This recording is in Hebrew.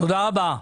תודה רבה.